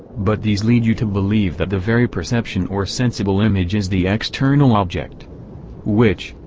but these lead you to believe that the very perception or sensible image is the external object which,